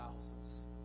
thousands